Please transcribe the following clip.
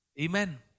Amen